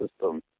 System